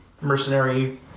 mercenary